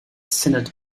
synod